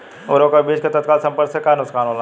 उर्वरक और बीज के तत्काल संपर्क से का नुकसान होला?